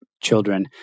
children